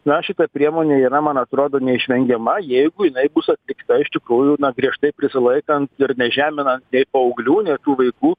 na šita priemonė yra man atrodo neišvengiama jeigu jinai bus atlikta iš tikrųjų na griežtai prisilaikant ir nežeminant nei paauglių nei tų vaikų